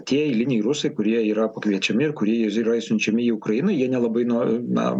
tie eiliniai rusai kurie yra pakviečiami ir kurie yra siunčiami į ukrainą jie nelabai no na